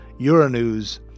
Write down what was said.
Euronews